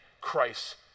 Christ